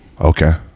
okay